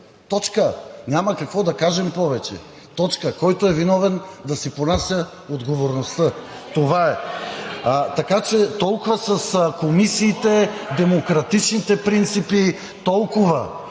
Точка, няма какво да кажем повече – точка, който е виновен, да си понася отговорността. Това е. Така че толкова с комисиите, демократичните принципи, толкова.